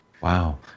Wow